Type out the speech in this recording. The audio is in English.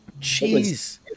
Jeez